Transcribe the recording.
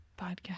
podcast